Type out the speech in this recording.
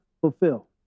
fulfill